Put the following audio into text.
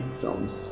films